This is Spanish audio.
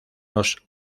los